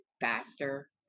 faster